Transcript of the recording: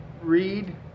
read